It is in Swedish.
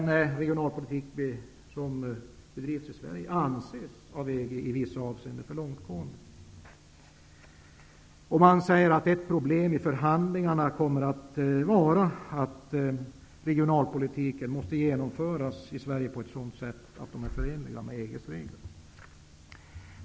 Den regionalpolitik som bedrivs i Sverige anses av EG i vissa avseenden för långtgående. Ett problem i förhandlingarna kommer att vara att den svenska regionalpolitiken måste tillämpas på ett sådant sätt att den är förenlig med EG:s regler.